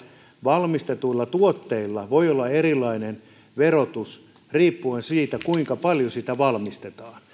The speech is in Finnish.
valmistetuilla tuotteilla voi olla erilainen verotus riippuen siitä kuinka paljon sitä valmistetaan